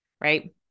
right